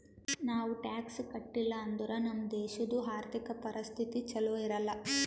ನಾವ್ ಟ್ಯಾಕ್ಸ್ ಕಟ್ಟಿಲ್ ಅಂದುರ್ ನಮ್ ದೇಶದು ಆರ್ಥಿಕ ಪರಿಸ್ಥಿತಿ ಛಲೋ ಇರಲ್ಲ